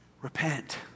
Repent